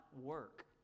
work